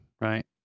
right